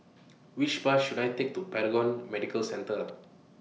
Which Bus should I Take to Paragon Medical Centre